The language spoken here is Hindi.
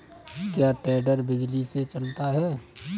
क्या टेडर बिजली से चलता है?